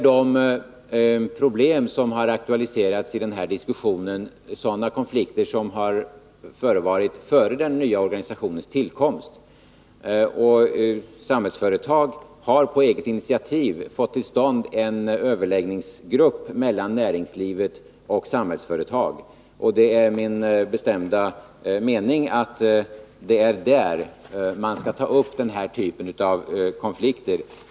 De problem som har aktualiserats i den här debatten gäller konflikter som ägt rum före den nya organisationens tillkomst. Samhällsföretag har på eget initiativ fått till stånd en överläggningsgrupp för näringslivet och Samhällsföretag. Det är min bestämda mening att det är där man skall ta upp den här typen av konflikter.